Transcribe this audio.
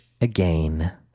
again